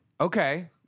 Okay